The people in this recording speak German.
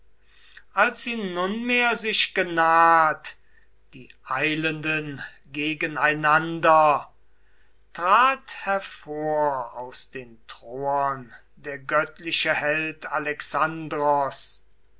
als sie nunmehr sich genaht die eilenden gegeneinander trat hervor aus den troern der göttliche held alexandros